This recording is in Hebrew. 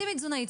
שימי תזונאית,